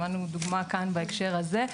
שמענו דוגמה כאן בהקשר הזה.